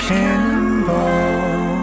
Cannonball